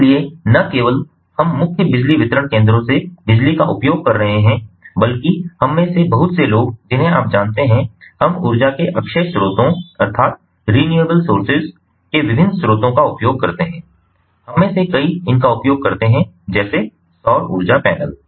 इसलिए न केवल हम मुख्य बिजली वितरण केंद्रों से बिजली का उपयोग कर रहे हैं बल्कि हम में से बहुत से लोग हैं जिन्हें आप जानते हैं हम ऊर्जा के अक्षय स्रोतों के विभिन्न स्रोतों का उपयोग करते हैं हम में से कई इनका उपयोग करते हैं जैसे सौर ऊर्जा पैनल